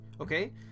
Okay